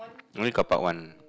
don't have carpark one